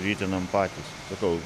ritinam patys sakau